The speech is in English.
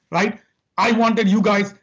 like i wanted you guys.